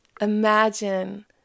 Imagine